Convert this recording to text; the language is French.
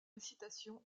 incitation